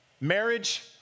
marriage